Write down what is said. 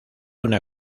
una